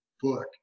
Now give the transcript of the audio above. book